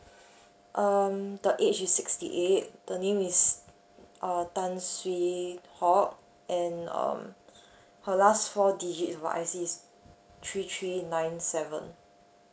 um the age is sixty eight the name is err tan swee hock and um her last four digit of her I_C is three three nine seven